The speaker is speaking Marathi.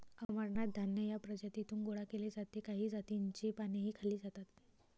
अमरनाथ धान्य या प्रजातीतून गोळा केले जाते काही जातींची पानेही खाल्ली जातात